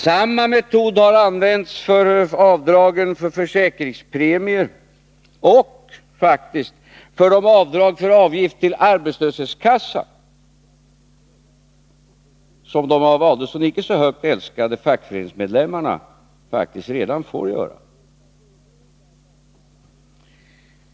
Samma metod har använts för avdrag för försäkringspremier och faktiskt också för avdrag för avgift till arbetslöshetskassa, som de av Ulf Adelsohn icke så högt älskade fackföreningsmedlemmarna redan får göra.